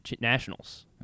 nationals